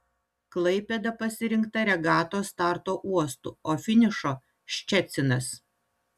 klaipėda pasirinkta regatos starto uostu o finišo ščecinas